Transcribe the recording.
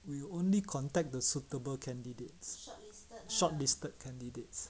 we only contact the suitable candidates shortlisted candidates